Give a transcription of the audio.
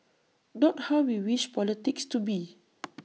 not how we wish politics to be